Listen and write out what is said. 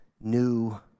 new